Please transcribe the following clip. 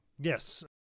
Yes